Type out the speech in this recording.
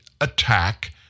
attack